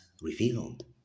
revealed